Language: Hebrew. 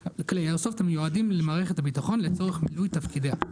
המיועדים למערכת הביטחון לצורך מילוי תפקידיה,